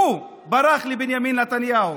והוא ברח לבנימין נתניהו.